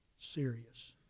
serious